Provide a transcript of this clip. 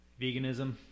veganism